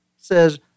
says